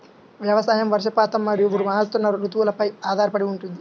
వ్యవసాయం వర్షపాతం మరియు మారుతున్న రుతువులపై ఆధారపడి ఉంటుంది